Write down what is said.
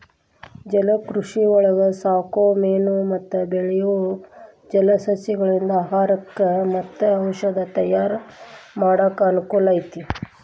ಜಲಕೃಷಿಯೊಳಗ ಸಾಕೋ ಮೇನು ಮತ್ತ ಬೆಳಿಯೋ ಜಲಸಸಿಗಳಿಂದ ಆಹಾರಕ್ಕ್ ಮತ್ತ ಔಷದ ತಯಾರ್ ಮಾಡಾಕ ಅನಕೂಲ ಐತಿ